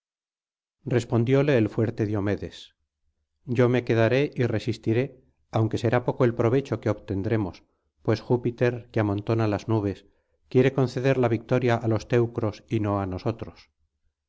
respondióle el fuerte diomedes yo me quedaré y resistiré aunque será poco el provecho que obtendremos pues júpiter que amontona las nubes quiere conceder la victoria á los teucros y no á nosotros